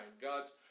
God's